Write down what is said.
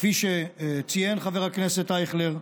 כפי שציין חבר הכנסת אייכלר,